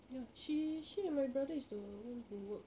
ya she and my brother is the one who work